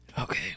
Okay